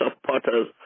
supporters